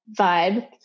vibe